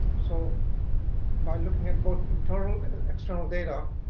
so by looking at both internal and external data,